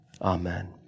Amen